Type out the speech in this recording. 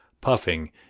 puffing